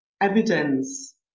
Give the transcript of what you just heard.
evidence